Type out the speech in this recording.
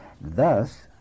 Thus